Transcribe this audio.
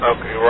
Okay